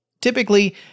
Typically